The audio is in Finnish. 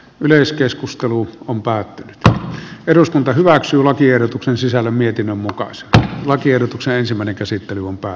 yleiskeskustelu on päätti että eduskunta hyväksyy lakiehdotuksen sisällä mietinnön mukaan sakn lakiehdotuksen ensimmäinen käsittely alkuvaiheessa